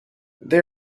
they